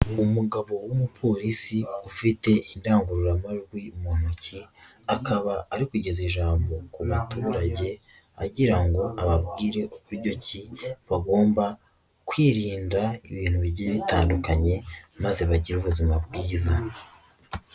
Umugabo w'umuporisi ufite indangurururajwijwi mu ntoki akaba ari kugeza ijambo ku baturage agira ngo ababwire ku buryo ki bagomba kwirinda ibintu bigiye bitandukanye maze bagire ubuzima bwiza.